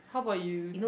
how bout you